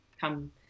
come